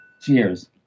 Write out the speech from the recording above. Cheers